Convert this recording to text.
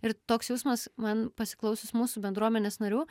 ir toks jausmas man pasiklausius mūsų bendruomenės narių